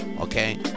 Okay